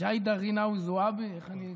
ג'ידא רינאוי זועבי, איך אני?